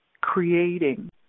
creating